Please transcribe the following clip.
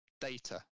data